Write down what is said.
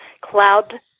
Cloud